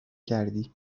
کردی